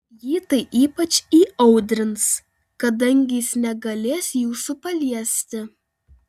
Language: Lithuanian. jį tai ypač įaudrins kadangi jis negalės jūsų paliesti